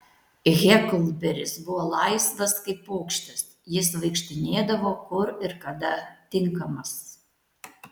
heklberis buvo laisvas kaip paukštis jis vaikštinėdavo kur ir kada tinkamas